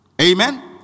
Amen